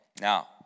Now